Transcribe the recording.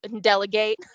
delegate